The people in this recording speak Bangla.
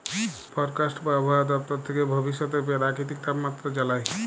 ফরকাস্ট বা আবহাওয়া দপ্তর থ্যাকে ভবিষ্যতের পেরাকিতিক তাপমাত্রা জালায়